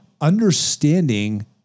understanding